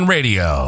Radio